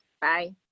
Bye